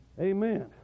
amen